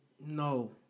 No